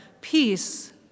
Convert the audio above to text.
peace